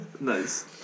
Nice